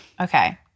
okay